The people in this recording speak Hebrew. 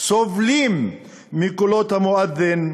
סובלים מקולות המואד'ין,